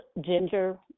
Ginger